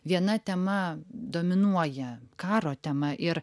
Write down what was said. viena tema dominuoja karo tema ir